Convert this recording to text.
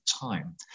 time